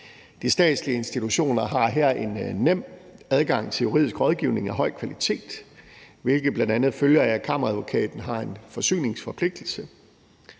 De statslige institutioner har her en nem adgang til juridisk rådgivning af høj kvalitet, hvilket bl.a. følger af, at Kammeradvokaten har en forsyningsforpligtelse.